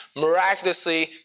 miraculously